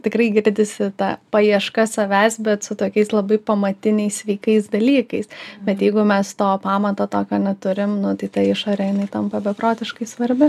tikrai girdisi ta paieška savęs bet su tokiais labai pamatiniais sveikais dalykais bet jeigu mes to pamato tokio neturim nu tai ta išorė jinai tampa beprotiškai svarbi